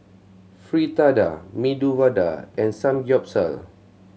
Fritada Medu Vada and Samgyeopsal